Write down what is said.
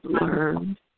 learned